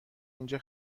اینجا